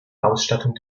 ausstattung